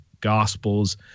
gospels